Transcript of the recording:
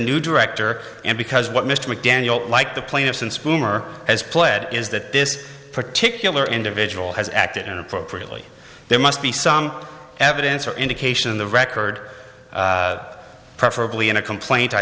new director and because what mr mcdaniel like the plaintiffs in spooner has pled is that this particular individual has acted inappropriately there must be some evidence or indication in the record preferably in a complaint i